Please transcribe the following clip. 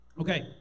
Okay